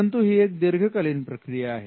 परंतु ही एक दीर्घकालीन प्रक्रिया आहे